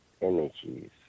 energies